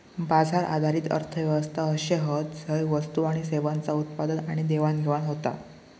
बाजार आधारित अर्थ व्यवस्था अशे हत झय वस्तू आणि सेवांचा उत्पादन आणि देवाणघेवाण होता